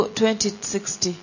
2060